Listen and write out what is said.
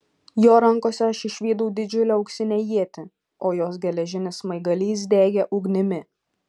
jo rankose aš išvydau didžiulę auksinę ietį o jos geležinis smaigalys degė ugnimi